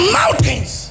mountains